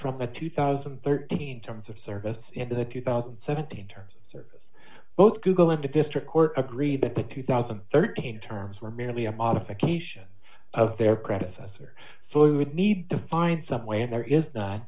from a two thousand and thirteen terms of service into the two thousand and seventeen terms of service both google and district court agree that the two thousand and thirteen terms were merely a modification of their predecessor so we would need to find some way and there is